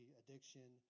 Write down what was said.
addiction